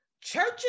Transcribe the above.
Churches